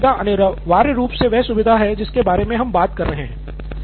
तो लॉग सुविधा अनिवार्य रूप से वह सुविधा है जिसके बारे में हम बात कर रहे हैं